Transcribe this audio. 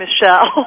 Michelle